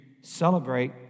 celebrate